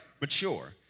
mature